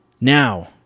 now